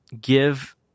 give